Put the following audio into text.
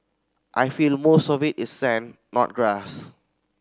I feel most of it is sand not grass